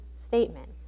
statement